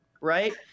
Right